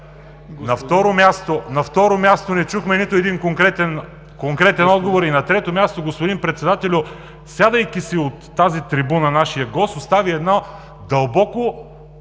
На второ място, не чухме нито един конкретен отговор. И на трето място, господин Председателю, сядайки си от тази трибуна, нашият гост оставя едно дълбоко